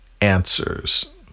answers